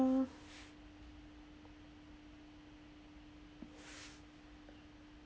uh